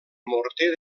morter